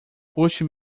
puxe